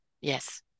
Yes